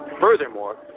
Furthermore